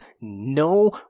no